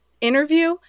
interview